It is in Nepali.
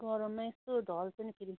गरममा यस्तो ढल्छ नि फेरि